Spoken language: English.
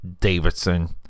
Davidson